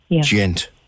gent